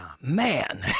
man